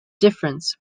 difference